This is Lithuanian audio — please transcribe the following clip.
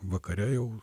vakare jau